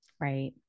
Right